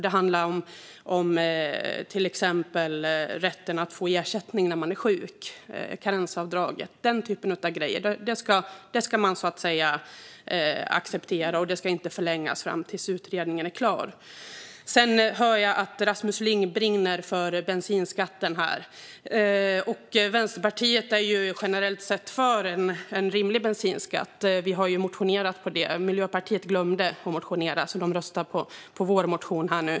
Det handlar till exempel om rätten att få ersättning när man är sjuk och om karensavdraget. Den typen av grejer ska man acceptera, och åtgärderna ska inte förlängas tills utredningen är klar. Sedan hör jag att Rasmus Ling brinner för bensinskatten. Vänsterpartiet är generellt sett för en rimlig bensinskatt, och vi har motionerat om det. Miljöpartiet glömde att motionera, så de röstar på vår motion.